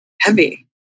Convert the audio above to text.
heavy